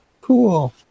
Cool